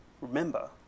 remember